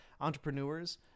entrepreneurs